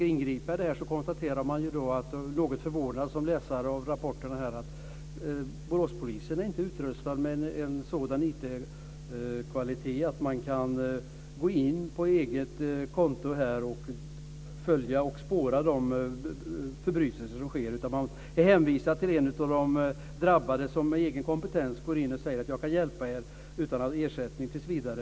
Som läsare av rapporterna konstaterar man något förvånad att Boråspoliserna inte är utrustade med en sådan IT kvalitet att de kan gå in på eget konto och följa och spåra de förbrytelser som sker, utan de är hänvisade till en av de drabbade som med egen kompetens har gått in och sagt: Jag kan hjälpa er. Och det sker utan någon ersättning tills vidare.